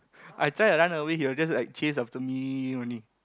I try and run away he will just like chase after me only